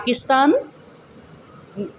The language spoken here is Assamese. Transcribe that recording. পাকিস্তান